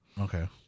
Okay